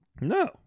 No